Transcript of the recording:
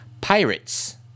pirates